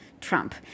Trump